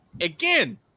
again